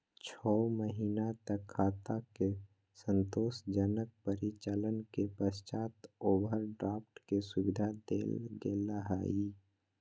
छो महीना तक खाता के संतोषजनक परिचालन के पश्चात ओवरड्राफ्ट के सुविधा देल गेलय हइ